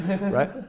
right